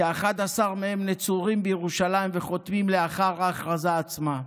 כ-11 מהם נצורים בירושלים וחותמים לאחר ההכרזה עצמה.